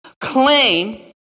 claim